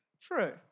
True